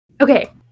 Okay